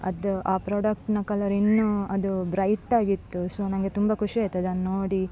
ಅದು ಆ ಪ್ರಾಡಕ್ಟಿನ ಕಲರ್ ಇನ್ನು ಅದು ಬ್ರೈಟಾಗಿತ್ತು ಸೊ ನನಗೆ ತುಂಬ ಖುಷಿಯಾಯಿತು ಅದನ್ನು ನೋಡಿ